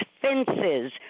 fences